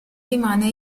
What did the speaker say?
rimane